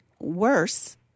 worse